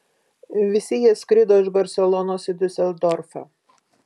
visi jie skrido iš barselonos į diuseldorfą